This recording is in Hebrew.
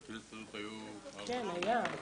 בכנסת הזאת היו ארבע פעמים.